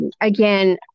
Again